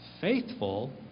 faithful